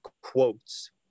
quotes